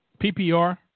PPR